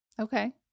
Okay